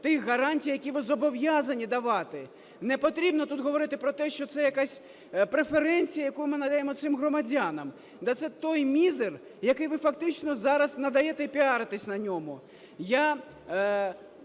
тих гарантій, які ви зобов'язані давати. Не потрібно тут говорити про те, що це якась преференція, яку ми надаємо цим громадянам. Та це тоймізер, який ви фактично зараз надаєте і піаритесь на ньому.